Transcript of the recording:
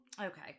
Okay